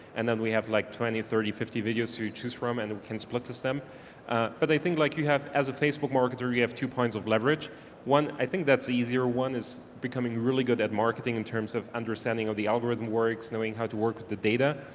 and then we have like twenty, thirty, fifty videos to choose from and we can split test them but i think like, you have, as a facebook marketer, you have two points of leverage one, i think that's easier, one is becoming really good at marketing in terms of understanding of the algorithm works, knowing how to work with the data.